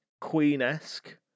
Queen-esque